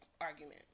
argument